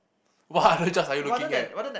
what other jobs are you looking at